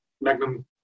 magnum